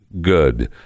good